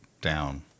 down